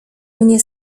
mnie